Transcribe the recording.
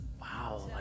Wow